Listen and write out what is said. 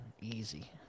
Easy